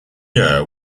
year